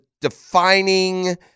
defining